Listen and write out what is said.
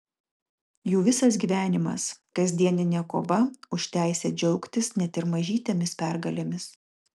jų visas gyvenimas kasdieninė kova už teisę džiaugtis net ir mažytėmis pergalėmis